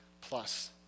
plus